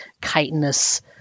chitinous